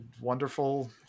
wonderful